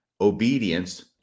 obedience